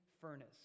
furnace